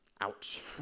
Ouch